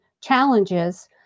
challenges